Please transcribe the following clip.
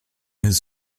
his